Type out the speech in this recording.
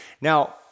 Now